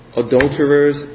adulterers